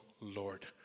Lord